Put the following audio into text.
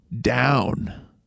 down